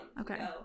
Okay